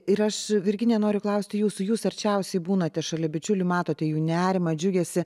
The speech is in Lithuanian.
ir aš virginija noriu klausti jūsų jūs arčiausiai būnate šalia bičiulių matote jų nerimą džiugesį